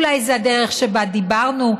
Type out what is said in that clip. אולי זאת הדרך שבה דיברנו,